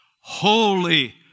holy